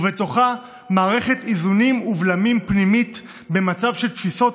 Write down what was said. ובתוכה מערכת איזונים ובלמים פנימית במצב של תפיסות